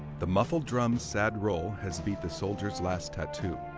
the muffled drum's sad roll has beat the soldier's last tattoo.